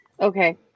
okay